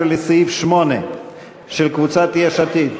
17 לסעיף 8 של קבוצת יש עתיד,